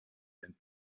and